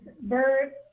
Bird